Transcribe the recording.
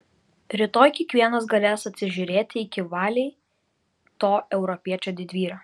rytoj kiekvienas galės atsižiūrėti iki valiai to europiečio didvyrio